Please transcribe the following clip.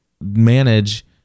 manage